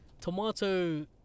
Tomato